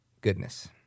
Goodness